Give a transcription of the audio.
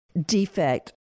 defect